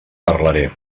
parlaré